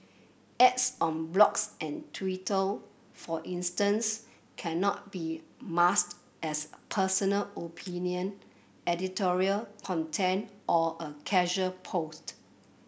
ads on blogs and Twitter for instance cannot be masked as personal opinion editorial content or a casual post